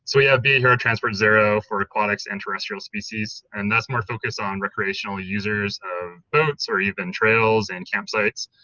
so we have be a hero transport zero for aquatics and terrestrial species and that's more focused on recreational users, um boots, or even trails and campsites.